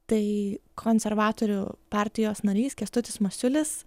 tai konservatorių partijos narys kęstutis masiulis